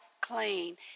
clean